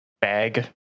bag